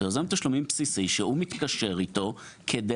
זה יוזם תשלומים בסיסי שהוא מתקשר איתו כדי